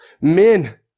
Men